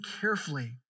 carefully